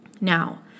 Now